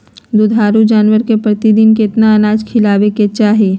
दुधारू जानवर के प्रतिदिन कितना अनाज खिलावे के चाही?